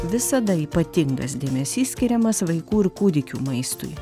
visada ypatingas dėmesys skiriamas vaikų ir kūdikių maistui